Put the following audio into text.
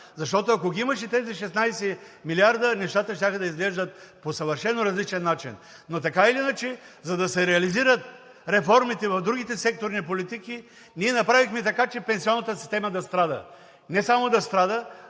защото, ако ги имаше тези 16 милиарда, нещата щяха да изглеждат по съвършено различен начин. Но така или иначе, за да се реализират реформите в другите секторни политики, ние направихме така, че пенсионната система да страда. Не само да страда,